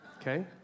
okay